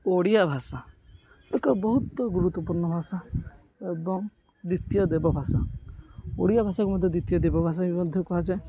ଓଡ଼ିଆ ଭାଷା ଏକ ବହୁତ ଗୁରୁତ୍ୱପୂର୍ଣ୍ଣ ଭାଷା ଏବଂ ଦ୍ୱିତୀୟ ଦେବ ଭାଷା ଓଡ଼ିଆ ଭାଷାକୁ ମଧ୍ୟ ଦ୍ୱତୀୟ ଦେବ ଭାଷା ମଧ୍ୟ କୁହାଯାଏ